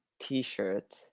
t-shirt